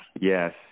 Yes